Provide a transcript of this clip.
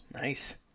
Nice